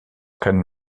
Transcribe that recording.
können